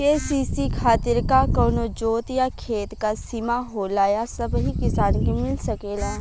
KCC खातिर का कवनो जोत या खेत क सिमा होला या सबही किसान के मिल सकेला?